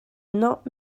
not